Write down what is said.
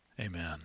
amen